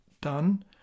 done